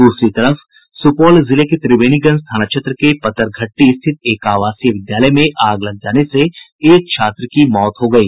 दूसरी तरफ सुपौल जिले के त्रिवेणीगंज थाना क्षेत्र के पतरघट्टी स्थित एक आवासीय विद्यालय में आग लग जाने से एक छात्र की मौत हो गयी